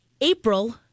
April